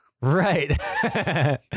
Right